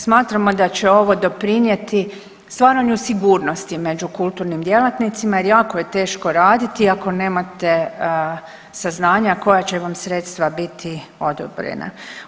Smatramo da će ovo doprinijeti stvaranju sigurnosti među kulturnim djelatnicima jer jako je teško raditi ako nemate saznanja koja će vam sredstva biti odobrena.